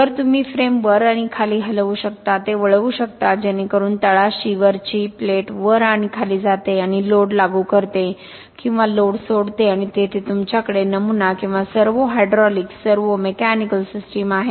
जर तुम्ही फ्रेम वर आणि खाली हलवू शकता ते वळवू शकता जेणेकरून तळाशी वरची प्लेट वर आणि खाली जाते आणि लोड लागू करते किंवा लोड सोडते आणि येथे तुमच्याकडे नमुना आणि सर्वो हायड्रॉलिक सर्व्होमेकॅनिकल सिस्टम आहे